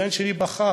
הבן שלי בחר,